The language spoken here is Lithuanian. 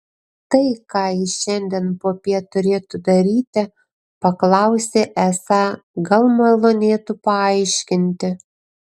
tai ką jis šiandien popiet turėtų daryti paklausė esą gal malonėtų paaiškinti